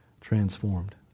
transformed